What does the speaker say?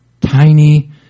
tiny